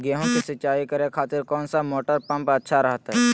गेहूं के सिंचाई करे खातिर कौन सा मोटर पंप अच्छा रहतय?